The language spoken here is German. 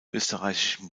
österreichischen